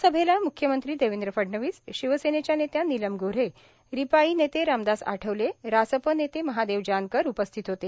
या सभेला म्ख्यमंत्री देवेंद्र फडणवीस शिवसेनेच्या नेत्या नीलम गोऱ्हे रिपाई नेते रामदास आठवले रासप नेते महादेव जानकर उपस्थित होते